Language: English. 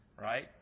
right